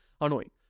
annoying